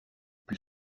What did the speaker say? plus